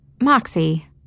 Moxie